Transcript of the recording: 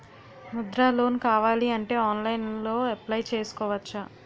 Mudra loan కావాలి అంటే ఆన్లైన్లో అప్లయ్ చేసుకోవచ్చా?